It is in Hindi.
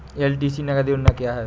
एल.टी.सी नगद योजना क्या है?